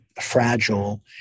fragile